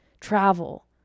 travel